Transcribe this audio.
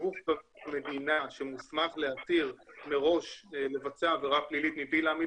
הגוף במדינה שמוסמך להתיר מראש לבצע עבירה פלילית מבלי להעמיד